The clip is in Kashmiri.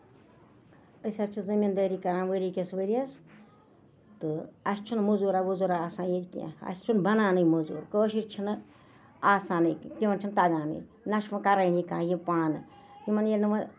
أسۍ حظ چھِ زٔمیٖن دٲری کَران ؤری کِس ؤریَس تہٕ اَسہِ چھُنہٕ موزوٗرا ؤزوٗرا آسان ییٚتہِ کیٚنٛہہ اَسہِ چھُنہٕ بَنانے موزوٗر کٲشِر چھِنہٕ آسانٕے تِمن چھُنہٕ تَگانٕے نہ چھُ وۄنۍ کرٲنی کانہہ یہِ پانہٕ ییٚتہِ یِمن ییٚلہِ نہٕ وۄنۍ